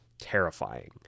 terrifying